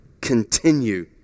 continue